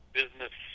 business